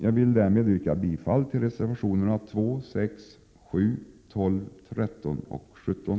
Jag yrkar bifall till reservationerna 2, 6, 7, 12, 13 och 17.